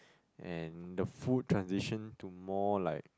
and the food transitioned to more like